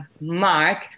Mark